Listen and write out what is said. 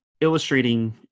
illustrating